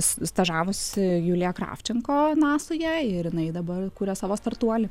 stažavosi julija kravčenko nasoje jei jinai dabar kuria savo startuolį